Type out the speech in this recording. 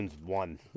one